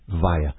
via